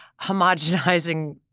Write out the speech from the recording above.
homogenizing